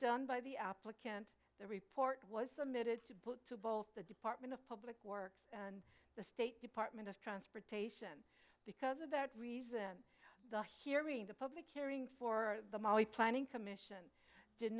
done by the applicant the report was limited to bush to both the department of public works and the state department of transportation because of that reason the hearing the public hearing for the maui planning commission did